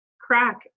crack